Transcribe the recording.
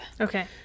Okay